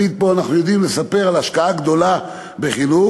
אנחנו פה תמיד יודעים לספר על השקעה גדולה בחינוך,